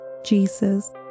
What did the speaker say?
Jesus